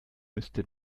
müsste